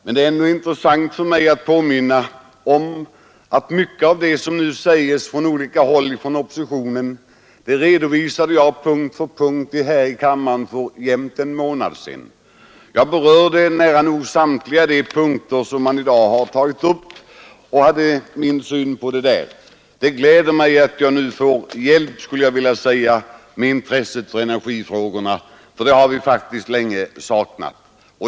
Det är intressant för mig att påminna om att mycket av det som nu sägs från olika håll inom oppositionen redovisade jag punkt för punkt här i kammaren för jämnt en månad sedan. Jag berörde nära nog samtliga de punkter som man i dag har tagit upp och anlade min syn på problemen. Det gläder mig att jag nu får hjälp med intresset för energifrågorna, för det har vi faktiskt länge saknat.